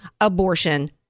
abortion